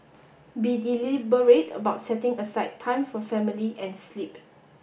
be deliberate about setting aside time for family and sleep